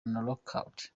lookout